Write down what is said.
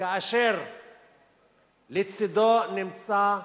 כאשר לצדו נמצא